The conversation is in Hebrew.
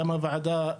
גם הוועדה,